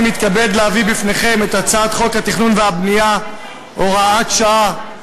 אני מתכבד להביא בפניכם היום את הצעת חוק התכנון והבנייה (הוראת שעה),